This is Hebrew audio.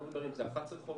ואני לא מדבר אם זה 11 חודשים,